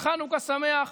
חנוכה שמח.